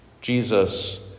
Jesus